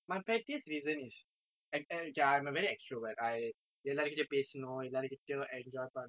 எல்லார்கிட்டையும் பேசணும் எல்லார்கிட்டையும்:ellaarkittayum pesanum ellaarkittayum enjoy பண்ணனும்:pannanum you know I'm that's me I'm I'm I'm just